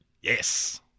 yes